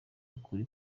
ukuri